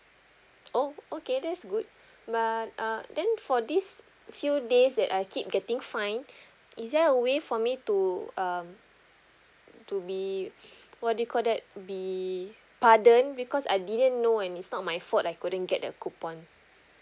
oh okay that's good but err then for this few days that I keep getting fined is there a way for me to um to be what do you call that be pardoned because I didn't know and it's not my fault I couldn't get a coupon